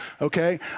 okay